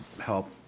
help